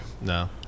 No